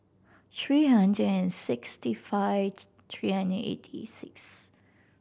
three hundred and sixty five three and eighty six